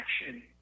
action